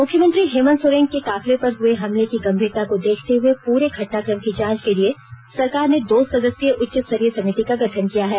मुख्यमंत्री हेमन्त सोरेन के काफिले पर हुए हमले की गंभीरता को देखते हुए पूरे घटनाक्रम की जांच के लिए सरकार ने दो सदस्यीय उच्च स्तरीय समिति का गठन किया है